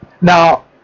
Now